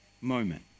moment